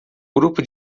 grupo